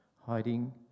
hiding